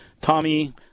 Tommy